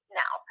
now